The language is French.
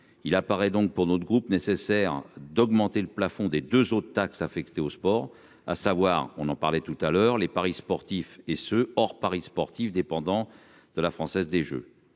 il apparaît donc pour notre groupe nécessaire d'augmenter le plafond des 2 autres taxes affectées au sport, à savoir, on en parlait tout à l'heure, les paris sportifs et ce hors Paris sportifs dépendant de la Française des Jeux,